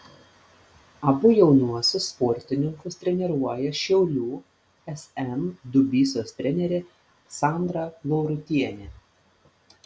abu jaunuosius sportininkus treniruoja šiaulių sm dubysos trenerė sandra laurutienė